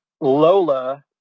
Lola